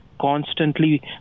constantly